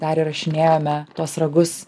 dar įrašinėjome tuos ragus